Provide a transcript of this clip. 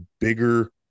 bigger –